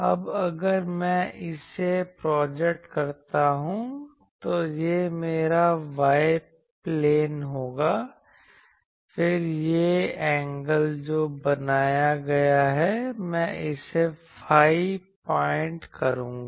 अब अगर मैं इसे प्रोजेक्ट करता हूं तो यह मेरा y प्लेन होगा फिर यह एंगल जो बनाया गया है मैं इसे ϕ पॉइंट कहूंगा